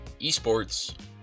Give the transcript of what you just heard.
esports